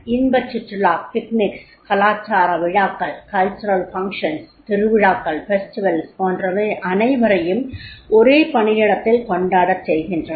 இன்பச்சுற்றுலா கலாச்சார விழாக்கள் திருவிழாக்கள் போன்றவை அனைவரையும் ஒரே பணியிடத்தில் கொண்டாடச் செய்கின்றன